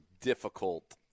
difficult